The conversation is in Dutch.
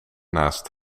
naast